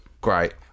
Great